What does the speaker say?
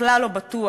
בכלל לא בטוח,